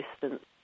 distance